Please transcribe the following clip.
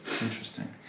Interesting